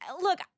look